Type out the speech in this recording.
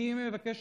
אני מבקש